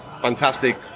fantastic